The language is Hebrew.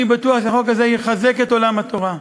אני בטוח שהחוק הזה יחזק את עולם התורה.